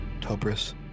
Topris